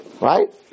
right